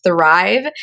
thrive